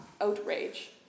outrage